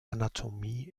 anatomie